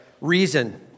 reason